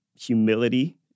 Humility